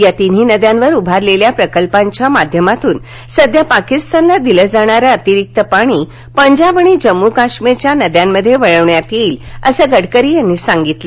या तिन्ही नद्यांवर उभारलेल्या प्रकल्पांच्या माध्यमातून सध्या पाकिस्तानला दिलं जाणारं अतिरिक्त पाणी पंजाब आणि जम्मू काश्मीरच्या नद्यांमध्ये वळवण्यात येईल असं गडकरींनी सांगितलं